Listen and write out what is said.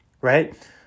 right